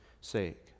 sake